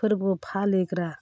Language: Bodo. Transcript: फोरबो फालिग्रा